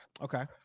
Okay